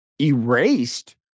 erased